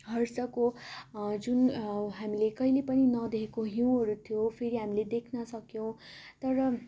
हर्षको जुन हामीले कहिले पनि नदेखेको हिउँहरू थियो फेरि हामीले देख्न सक्यौँ तर